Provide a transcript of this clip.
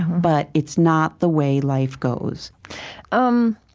but it's not the way life goes um